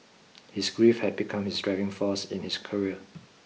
his grief had become his driving force in his career